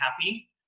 happy